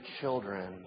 children